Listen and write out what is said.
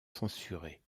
censurée